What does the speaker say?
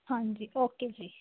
ਹਾਂਜੀ ਓਕੇ ਜੀ